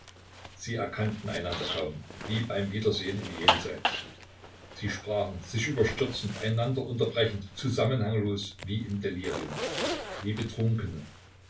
sie erkannten einander kaum wie beim wiedersehen im jenseits sie sprachen sich überstürzend einander unterbrechend zusammenhanglos wie im delirium wie betrunkene